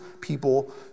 people